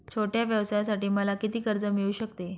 छोट्या व्यवसायासाठी मला किती कर्ज मिळू शकते?